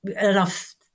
enough